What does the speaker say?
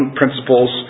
principles